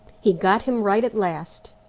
he got him right at last,